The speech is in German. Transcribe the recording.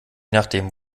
nachdem